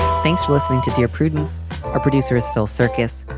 thanks for listening to dear prudence our producer is phil circus.